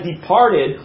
departed